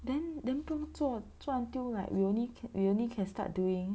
then then 不用做做 until like we only we only can start doing